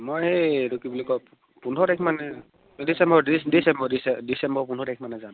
মই এইটো কি বুলি কয় পোন্ধৰ তাৰিখ মানে ডিচেম্বৰ ডিচ ডিচেম্বৰ ডিচেম্বৰ পোন্ধৰ তাৰিখমানে যাম